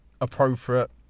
appropriate